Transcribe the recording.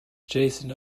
jason